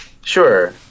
Sure